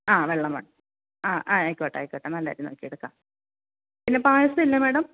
ആ വെള്ള മട്ട ആ ആയിക്കോട്ടെ ആയിക്കോട്ടെ നല്ല അരി നോക്കി എടുക്കാം പിന്നെ പായസം ഇല്ലേ മാഡം